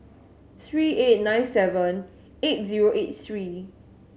three eight nine seven eight zero eight three